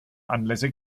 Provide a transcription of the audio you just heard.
anlässe